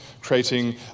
creating